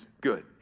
good